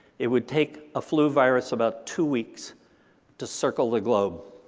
it would take a flu virus about two weeks to circle the globe.